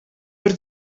per